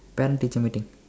parent teacher meeting